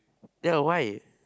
yeah why